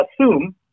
assume